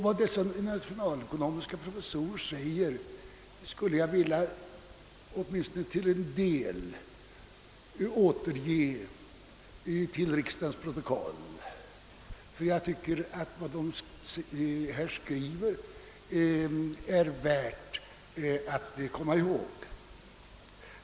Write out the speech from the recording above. Jag skulle till riksdagens protokoll till åtminstone en del vilja återge vad dessa tio professorer i nationalekonomi säger, ty vad de här skriver är värt att komma ihåg.